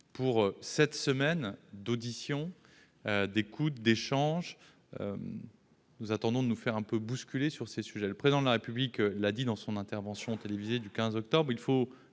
ce qui implique de l'écoute, des échanges. Nous attendons de nous faire un peu bousculer sur ces sujets. Comme le Président de la République l'a dit dans son intervention télévisée du 15 octobre, il faut